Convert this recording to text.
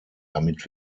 damit